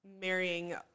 marrying